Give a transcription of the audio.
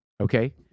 Okay